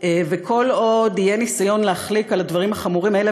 וכל עוד יהיה ניסיון להחליק על הדברים החמורים האלה,